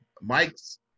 Mike's